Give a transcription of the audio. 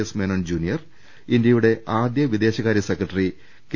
S Menon junior ഇന്ത്യയുടെ ആദ്യ വിദേശകാര്യ സെക്രട്ടറി കെ